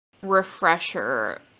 refresher